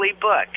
book